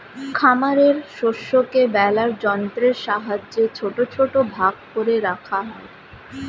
খামারের শস্যকে বেলার যন্ত্রের সাহায্যে ছোট ছোট ভাগ করে রাখা হয়